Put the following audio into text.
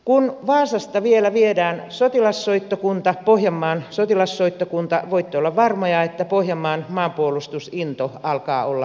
kun vaasasta vielä viedään sotilassoittokunta pohjanmaan sotilassoittokunta voitte olla varmoja että pohjanmaan maanpuolustusinto alkaa olla pohjalukemissa